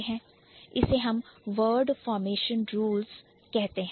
इसे हम Word Formation Rules word formation rules कहते हैं